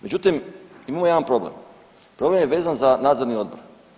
Međutim, imamo jedan problem, problem je vezan za nadzorni odbor.